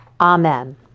Amen